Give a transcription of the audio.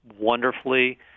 wonderfully